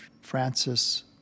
francis